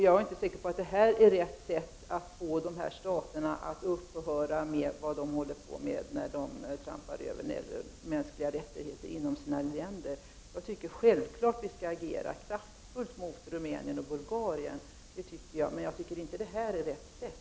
Jag är inte säker på att det är rätt sätt att få dessa stater att upphöra med vad de håller på med, nämligen att trampa på de mänskliga rättigheterna inom det egna landet. Självfallet skall vi agera kraftfullt mot Rumänien och Bulgarien, men jag anser inte att detta är rätt sätt.